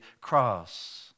cross